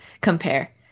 compare